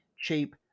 cheap